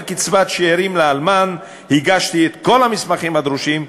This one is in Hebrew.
קצבת שאירים לאלמן הגשתי כל המסמכים הדרושים,